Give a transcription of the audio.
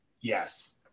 Yes